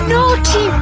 Naughty